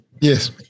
Yes